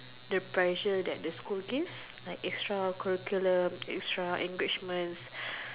the pressure that the school give like extra curriculum extra enrichment